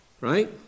right